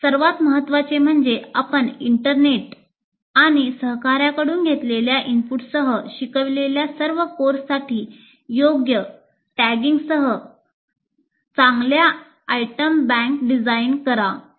सर्वात महत्त्वाचे म्हणजे आपण इंटरनेट आणि सहकार्यांकडून घेतलेल्या इनपुटसह शिकवलेल्या सर्व कोर्ससाठी योग्य टॅगिंगसह करा